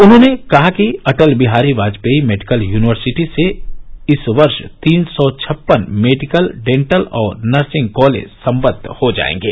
उन्होंने कहा कि अटल बिहारी वाजपेयी मेडिकल यूनिवर्सिटी से इस वर्ष तीन सौ छप्पन मेडिकल डेंटल और नर्सिंग कॉलेज संबद्व हो जाएंगे